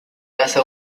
raza